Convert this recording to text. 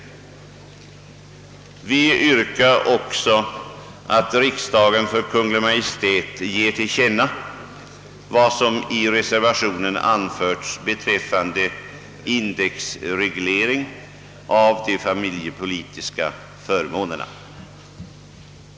Vi yrkar också att riksdagen för Kungl. Maj:t ger till känna vad som i reservationen anförts beträffande indexreglering av de familjepolitiska förmånerna.